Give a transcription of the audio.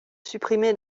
supprimer